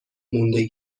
مونده